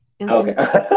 Okay